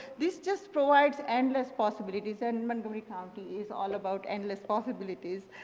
this just forms endless possibilities and montgomery county is all about endless possibilities.